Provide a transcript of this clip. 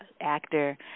actor